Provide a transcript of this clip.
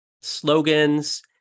slogans